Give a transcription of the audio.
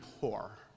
poor